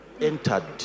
entered